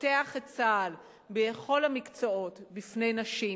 פותח את צה"ל בכל המקצועות בפני נשים,